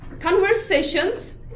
conversations